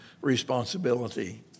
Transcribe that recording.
responsibility